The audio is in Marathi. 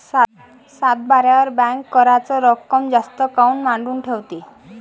सातबाऱ्यावर बँक कराच रक्कम जास्त काऊन मांडून ठेवते?